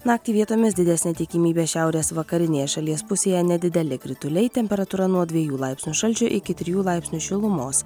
naktį vietomis didesnė tikimybė šiaurės vakarinėje šalies pusėje nedideli krituliai temperatūra nuo dviejų laipsnių šalčio iki trijų laipsnių šilumos